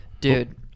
dude